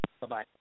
Bye-bye